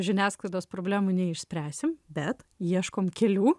žiniasklaidos problemų neišspręsim bet ieškom kelių